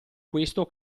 questo